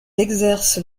exercent